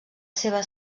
seva